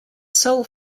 soul